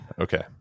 okay